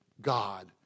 God